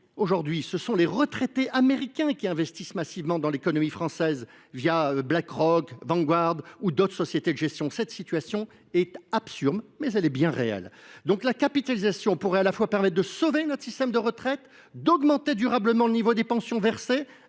Actuellement, les retraités américains investissent massivement dans l’économie française par l’intermédiaire de BlackRock, Vanguard ou d’autres sociétés de gestion. Cette situation est absurde, mais elle est bien réelle ! La capitalisation pourrait à la fois permettre de sauver notre système de retraite, d’augmenter durablement le niveau des pensions versées